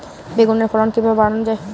বেগুনের ফলন কিভাবে বাড়ানো যায়?